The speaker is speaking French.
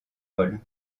vol